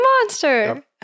Monster